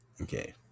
Okay